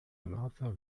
another